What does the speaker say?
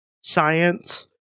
science